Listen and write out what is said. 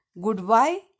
goodbye